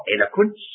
eloquence